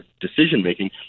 decision-making